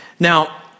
Now